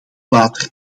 water